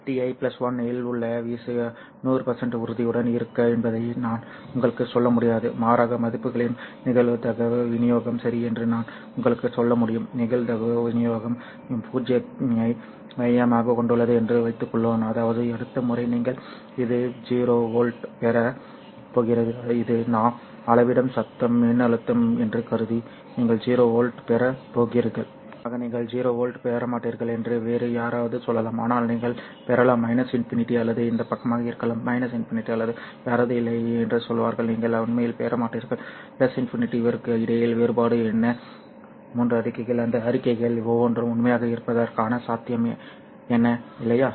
Ti 1 இல் உள்ள வீச்சு 100 உறுதியுடன் இருக்கும் என்பதை நான் உங்களுக்குச் சொல்ல முடியாது மாறாக மதிப்புகளின் நிகழ்தகவு விநியோகம் சரி என்று நான் உங்களுக்குச் சொல்ல முடியும் நிகழ்தகவு விநியோகம் 0 ஐ மையமாகக் கொண்டுள்ளது என்று வைத்துக்கொள்வோம் அதாவது அடுத்த முறை நீங்கள் இது 0 வோல்ட் பெறப் போகிறது இது நாம் அளவிடும் சத்தம் மின்னழுத்தம் என்று கருதி நீங்கள் 0 வோல்ட் பெறப் போகிறீர்கள் நிச்சயமாக நீங்கள் 0 வோல்ட் பெறமாட்டீர்கள் என்று வேறு யாராவது சொல்லலாம் ஆனால் நீங்கள் பெறலாம் ∞ அல்லது இந்த பக்கமாக இருக்கலாம் ∞ அல்லது யாராவது இல்லை என்று சொல்வார்கள் நீங்கள் உண்மையில் பெற மாட்டீர்கள் ∞ இவற்றுக்கு இடையில் வேறுபாடு என்ன 3 அறிக்கைகள் அந்த அறிக்கைகள் ஒவ்வொன்றும் உண்மையாக இருப்பதற்கான சாத்தியம் என்ன இல்லையா